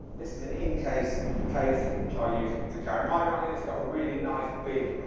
this is an in case case which i use to carry mine around in, it's got a really nice, big,